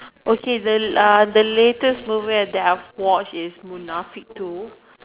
okay then uh the latest movie that I've watched is Munafik two